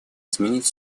изменить